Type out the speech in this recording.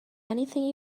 anything